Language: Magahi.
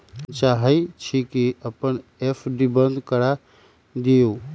हम चाहई छी कि अपन एफ.डी बंद करा लिउ